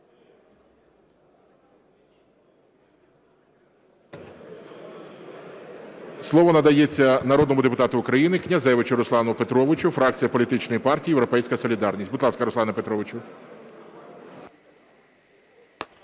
Слово надається народному депутату України Князевичу Руслану Петровичу, фракція політичної партії "Європейська солідарність". Будь ласка, Руслане Петровичу.